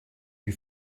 you